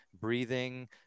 breathing